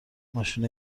ماشین